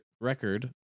record